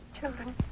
Children